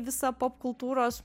visą popkultūros